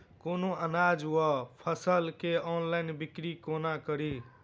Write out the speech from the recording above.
कोनों अनाज वा फसल केँ ऑनलाइन बिक्री कोना कड़ी?